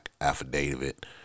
affidavit